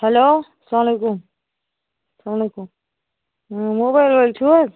hello سَلام علیکُم سَلام وعلیکُم موبایِل وٲلۍ چھِو حظ